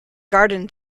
garden